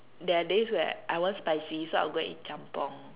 there are days where I want spicy so I would go and eat jjamppong